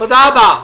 תודה רבה.